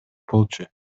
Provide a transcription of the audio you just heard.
болчу